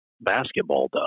basketball